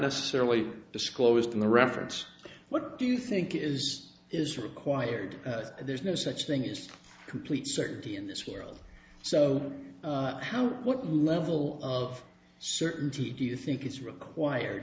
necessarily disclosed in the reference what do you think is is required there is no such thing is complete certainty in this world so how what level of certainty do you think is required